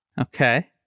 Okay